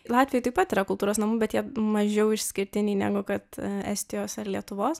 latvijoj taip pat yra kultūros namų bet jie mažiau išskirtiniai negu kad estijos ar lietuvos